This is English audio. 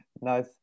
nice